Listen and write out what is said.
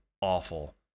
awful